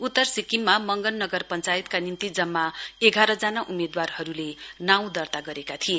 उत्तर सिक्किममा मंगन नगर पञ्चायतका निम्ति जम्मा एघार जना उम्मेदवारहरूले नाउँ दर्ता गरेका थिए